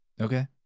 Okay